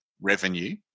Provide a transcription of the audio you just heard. revenue